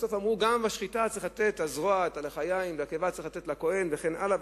בסוף אמרו: גם בשחיטה צריך לתת לכוהן את הזרוע,